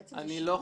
בעצם זה שיבוץ.